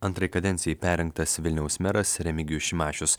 antrai kadencijai perrinktas vilniaus meras remigijus šimašius